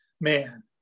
man